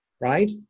right